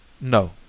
no